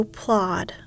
plod